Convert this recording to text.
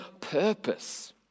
purpose